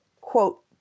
quote